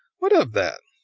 what of that?